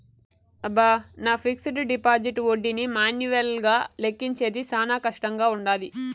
అబ్బ, నా fixed deposit ఒడ్డీని మాన్యువల్గా లెక్కించేది శానా కష్టంగా వుండాది